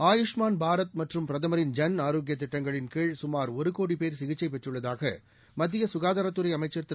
ஆயுஷ்மான் பாரத் மற்றும் பிரதமரின் ஐன் ஆரோக்ப திட்டங்களின் கீழ் சுமார் ஒரு கோடி பேர் சிகிச்சை பெற்றுள்ளதாக மத்திய சுகாதாரத் துறை அமைச்சர் திரு